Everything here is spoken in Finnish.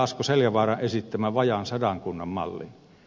asko seljavaaran esittämän vajaan sadan kunnan mallin